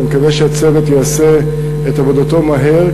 אני מקווה שהצוות יעשה את עבודתו מהר,